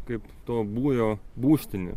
kaip to būrio būstinė